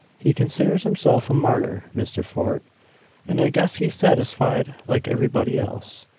he considers himself a martyr, mr. fort and i guess he's satisfied like everybody else.